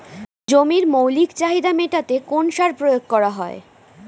জমির মৌলিক চাহিদা মেটাতে কোন সার প্রয়োগ করা হয়?